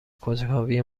کنجکاوی